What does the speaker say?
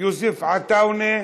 יוסף עטאונה,